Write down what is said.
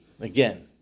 Again